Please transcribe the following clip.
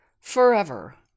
forever